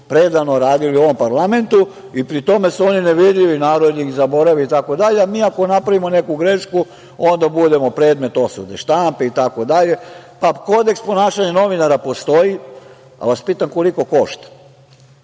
predano radili u ovom parlamentu i pri tome su oni nevidljivi, narod ih zaboravi itd, a mi ako napravimo neku grešku onda budemo predmet osude štampe itd. Kodeks ponašanja novinara postoji, pa vas pitam koliko košta?